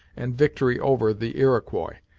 and victory over the iroquois,